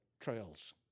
trails